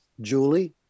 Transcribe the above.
Julie